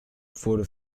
wurde